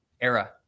era